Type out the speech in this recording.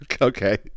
Okay